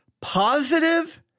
positive